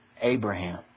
Abraham